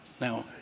Now